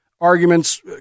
arguments